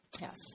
Yes